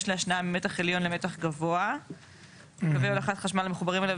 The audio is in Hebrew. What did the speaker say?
להשנאה ממתח עליון למתח גבוה וקווי הולכת לחשמל המחוברים אליו